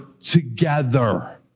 together